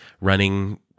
running